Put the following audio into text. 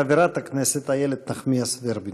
חברת הכנסת איילת נחמיאס ורבין.